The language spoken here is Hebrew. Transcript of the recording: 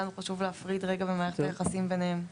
היה לנו חשוב להפריד רגע במערכת היחסים ביניהם.